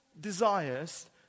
desires